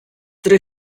три